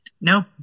No